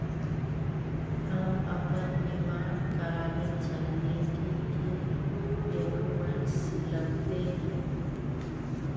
हम अपन बीमा करावेल चाहिए की की डक्यूमेंट्स लगते है?